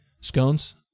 Scones